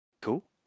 Cool